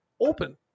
open